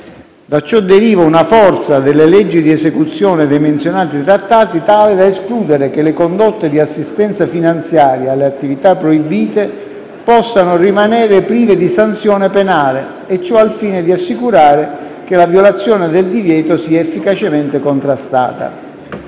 Da ciò deriva una forza delle leggi di esecuzione dei menzionati Trattati tale da escludere che le condotte di assistenza finanziaria alle attività proibite possano rimanere prive di sanzione penale e ciò al fine di assicurare che la violazione del divieto sia efficacemente contrastata.